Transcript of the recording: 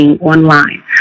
online